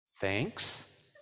thanks